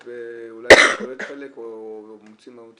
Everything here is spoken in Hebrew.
אבל בחלק הזה של השכר,